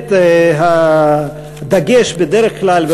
באמת הדגש בדרך כלל,